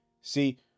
See